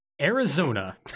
Arizona